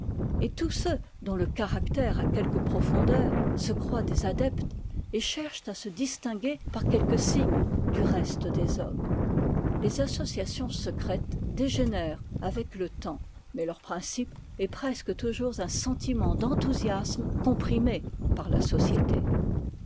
et tous ceux dont le caractère a quelque profondeur se croient des adeptes et cherchent à se distinguer par quelques signes du reste des hommes les associations secrètes dégénèrent avec le temps mais leur principe est presque toujours un sentiment d'enthousiasme comprimé par la société